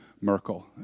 Merkel